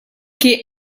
che